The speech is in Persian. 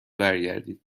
برگردید